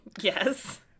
yes